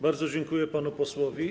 Bardzo dziękuję panu posłowi.